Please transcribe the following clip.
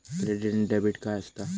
Credit आणि debit काय असता?